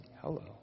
Hello